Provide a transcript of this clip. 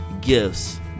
gifts